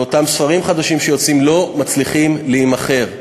אותם ספרים חדשים שיוצאים לא מצליחים להימכר.